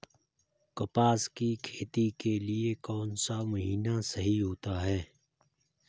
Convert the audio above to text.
कपास की खेती के लिए कौन सा महीना सही होता है?